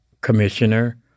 commissioner